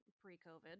pre-COVID